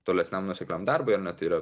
tolesniam nuosekliam darbui ar net yra